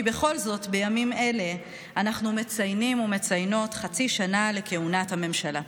כי בכל זאת בימים אלה אנחנו מציינים ומציינות חצי שנה לכהונת הממשלה.